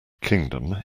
kingdom